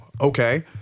okay